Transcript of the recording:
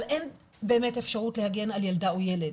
אבל אין באמת אפשרות להגן על ילדה או ילד,